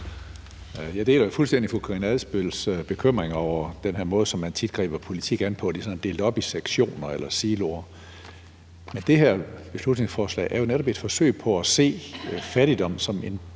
Jeg deler jo fuldstændig fru Karina Adsbøls bekymringer over den her måde, som man tit griber politik an på. Det er sådan delt op i sektioner eller siloer. Men det her beslutningsforslag er jo netop et forsøg på at se på fattigdom med en